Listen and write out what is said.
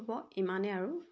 হ'ব ইমানেই আৰু